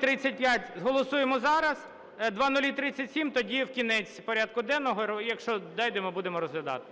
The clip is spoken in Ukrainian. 0035 голосуємо зараз, 0037 – тоді в кінець порядку денного. Якщо дійдемо, будемо розглядати.